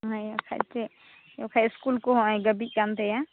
ᱦᱮᱸ ᱵᱟᱠᱷᱟᱱ ᱪᱮᱫ ᱵᱟᱠᱷᱟᱱ ᱤᱥᱠᱩᱞ ᱠᱚ ᱦᱚᱸᱜ ᱚᱭ ᱪᱟᱵᱤᱜ ᱠᱟᱱᱛᱟᱭᱟ